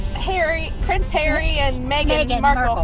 harry prince harry and meghan a game after all.